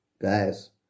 Guys